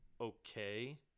okay